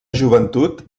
joventut